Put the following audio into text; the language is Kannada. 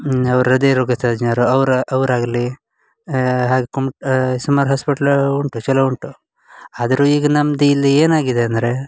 ಅವು ಹೃದಯರೋಗ ತಜ್ಞರು ಅವರ ಅವ್ರು ಆಗಲಿ ಹಾಗೆ ಕುಮ್ ಸುಮಾರು ಹಾಸ್ಪಿಟ್ಲ್ ಉಂಟು ಚಲೋ ಉಂಟು ಆದರು ಈಗ ನಮ್ದು ಇಲ್ಲಿ ಏನಾಗಿದೆ ಅಂದರೆ